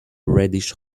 reddish